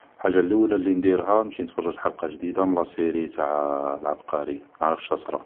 حاجة اللولة لي نديرها نروح نتفرج حلقة جديدة من المسلسل تاع العبقري, نعرف شا صرا